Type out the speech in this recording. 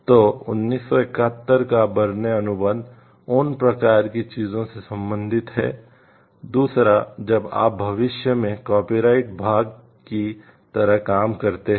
तो 1971 का बर्न अनुबंध उन प्रकार की चीजों से संबंधित है दूसरा जब आप भविष्य में कॉपीराइट भाग की तरह काम करते हैं